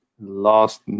last